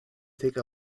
take